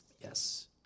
Yes